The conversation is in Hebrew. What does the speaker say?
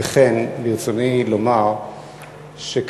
כמו כן ברצוני לומר שכאשר